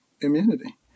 immunity